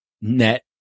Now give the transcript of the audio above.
net